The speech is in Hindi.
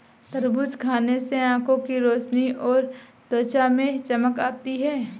तरबूज खाने से आंखों की रोशनी और त्वचा में चमक आती है